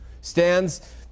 stands